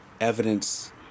evidence